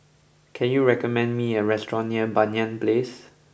can you recommend me a restaurant near Banyan Place